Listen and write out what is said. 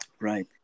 Right